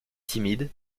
timide